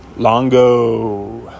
Longo